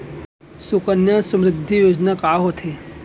सुकन्या समृद्धि योजना का होथे